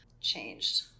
changed